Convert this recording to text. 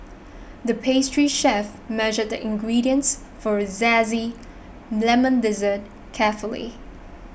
the pastry chef measured the ingredients for a Lemon Dessert carefully